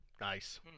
Nice